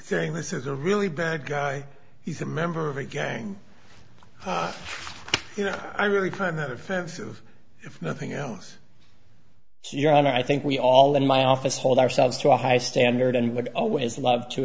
saying this is a really bad guy he's a member of a gang you know i'm really kind of offensive if nothing else here and i think we all in my office hold ourselves to a high standard and would always love to